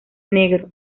negro